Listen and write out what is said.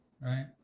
right